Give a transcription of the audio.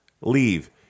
leave